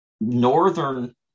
Northern